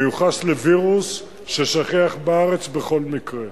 הוא מיוחס לווירוס ששכיח בארץ בכל מקרה.